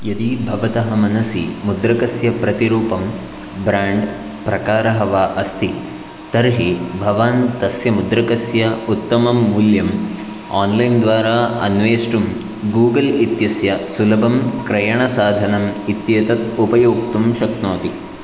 यदि भवतः मनसि मुद्रकस्य प्रतिरूपं ब्राण्ड् प्रकारः वा अस्ति तर्हि भवान् तस्य मुद्रकस्य उत्तमं मूल्यम् आन्लैन् द्वारा अन्वेष्टुं गूगल् इत्यस्य सुलभं क्रयणसाधनम् इत्येतत् उपयोक्तुं शक्नोति